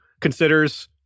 considers